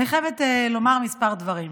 אני חייבת לומר כמה דברים.